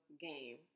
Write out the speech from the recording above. game